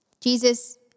Jesus